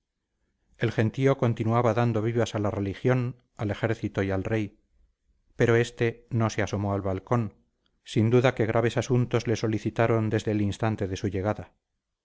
el gentío continuaba dando vivas a la religión al ejército y al rey pero este no se asomó al balcón sin duda que graves asuntos le solicitaron desde el instante de su llegada